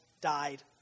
died